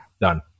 done